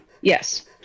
Yes